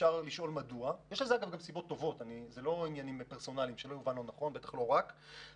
שעד שנת 2014